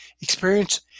experience